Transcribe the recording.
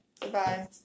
Goodbye